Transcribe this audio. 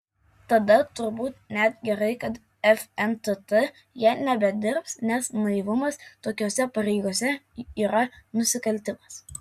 tada turbūt net gerai kad fntt jie nebedirbs nes naivumas tokiose pareigose yra nusikaltimas